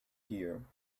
here